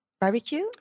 barbecue